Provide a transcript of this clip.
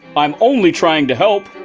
i'm only trying to help.